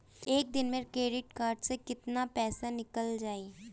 एक दिन मे क्रेडिट कार्ड से कितना पैसा निकल जाई?